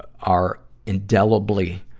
are indelibly,